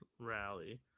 Rally